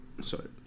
sorry